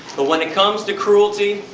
but when it comes to cruelty,